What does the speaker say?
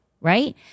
right